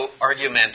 argument